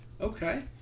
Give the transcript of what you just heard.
Okay